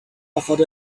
offered